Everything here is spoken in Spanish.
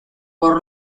por